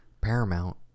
Paramount